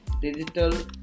digital